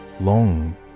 long